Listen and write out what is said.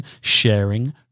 sharing